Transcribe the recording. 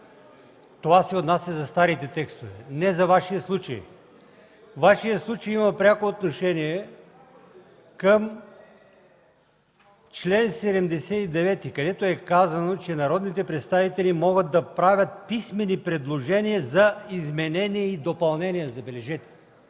Това се отнася за старите текстове – не за Вашия случай. Вашият случай има пряко отношение към чл. 79, където е казано, че народните представители могат да правят писмени предложения за изменение и допълнение, забележете.